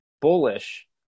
bullish